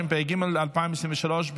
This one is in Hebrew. התשפ"ד 2024,